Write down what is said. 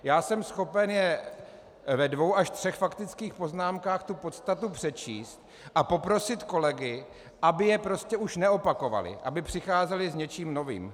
Já jsem schopen ve dvou až třech faktických poznámkách tu podstatu přečíst a poprosit kolegy, aby je prostě už neopakovali, aby přicházeli s něčím novým.